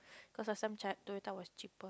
cause last time Toyota was cheaper